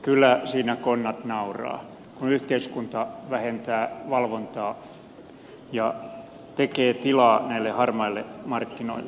kyllä siinä konnat nauravat kun yhteiskunta vähentää valvontaa ja tekee tilaa näille harmaille markkinoille